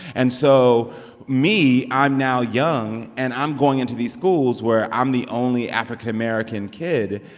and so me, i'm now young, and i'm going into these schools where i'm the only african-american kid.